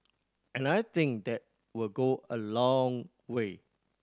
and I think that will go a long way